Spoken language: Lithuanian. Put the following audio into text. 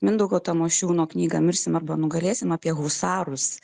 mindaugo tamošiūno knygą mirsim arba nugalėsim apie husarus